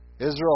Israel